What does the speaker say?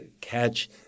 catch